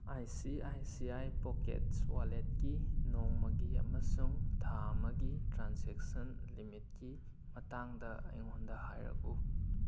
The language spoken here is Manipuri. I C I C I pockets ꯋꯥꯂꯦꯠꯀꯤ ꯅꯣꯡꯃꯒꯤ ꯑꯃꯁꯨꯡ ꯊꯥ ꯑꯃꯒꯤ ꯇ꯭ꯔꯥꯅꯁꯦꯛꯁꯟ ꯂꯤꯃꯤꯠꯀꯤ ꯃꯇꯥꯡꯗ ꯑꯩꯉꯣꯟꯗ ꯍꯥꯏꯔꯛꯎ